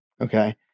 okay